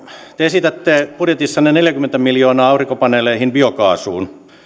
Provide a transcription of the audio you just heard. te esitätte budjetissanne neljääkymmentä miljoonaa aurinkopaneeleihin ja biokaasuun